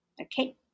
Okay